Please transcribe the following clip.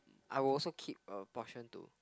I will also keep a portion to